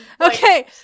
Okay